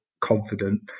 confident